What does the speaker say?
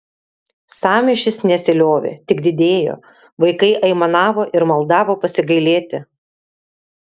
sąmyšis nesiliovė tik didėjo vaikai aimanavo ir maldavo pasigailėti